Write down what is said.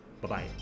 Bye-bye